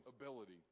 ability